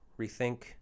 rethink